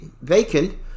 vacant